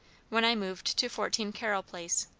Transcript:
when i moved to fourteen carroll place,